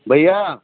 भैया